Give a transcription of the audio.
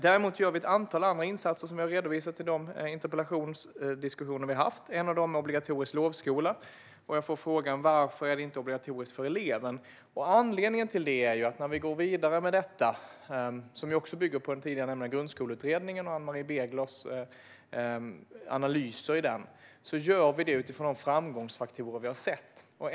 Däremot gör vi ett antal andra insatser, som jag har redovisat i de interpellationsdebatter som vi har haft. En av dem är obligatorisk lovskola. Jag får frågan varför obligatorisk lovskola inte är obligatorisk för eleven. Anledningen till det är att när vi går vidare med detta, som också bygger på den tidigare nämnda Grundskoleutredningen och Ann-Marie Beglers analyser, gör vi det utifrån de framgångsfaktorer som vi har sett.